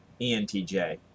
ENTJ